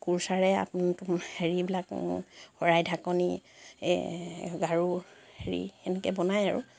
কোৰ্চাৰে আপোনাৰ হেৰিবিলাক শৰাই ঢাকনি এ গাৰু হেৰি এনেকৈ বনায় আৰু